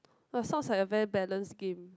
uh sounds like a very balanced game